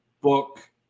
book